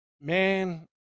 man